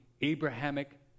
Abrahamic